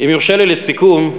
אם יורשה לי, לסיכום,